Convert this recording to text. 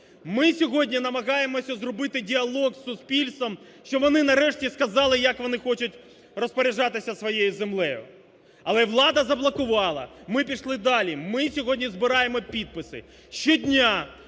Ми сьогодні намагаємося зробити діалог з суспільством, щоб вони нарешті сказали, як вони хочуть розпоряджатися своєю землею. Але влада заблокувала, ми пішли далі, ми сьогодні збираємо підписи, щодня